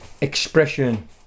expression